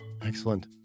Excellent